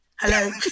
Hello